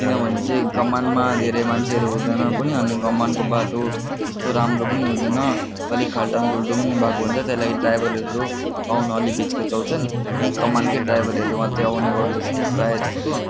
किनभने चाहिँ कमानमा धेरै मान्छेहरू हुँदैन पनि अनि कमानको बाटो त्यस्तो राम्रो पनि हुँदैन अलिक खाल्टाङखुल्टुङ भएको हुन्छ त्यही लागि ड्राइभरहरू आउनु अलिक हिचकिच्याउँछन् यही कमानको ड्राइभरहरू मात्रै आउने गर्दछन् प्रायःजस्तो